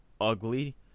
ugly